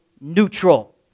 neutral